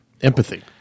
empathy